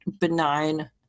benign